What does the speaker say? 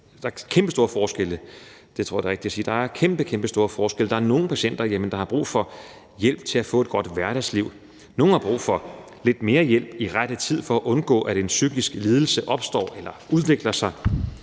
I forhold til patienterne tror jeg, det rigtige at sige er, at der er kæmpestore forskelle. Der er nogle patienter, der har brug for hjælp til at få et godt hverdagsliv, nogle har brug for lidt mere hjælp i rette tid for at undgå, at en psykisk lidelse opstår eller udvikler sig,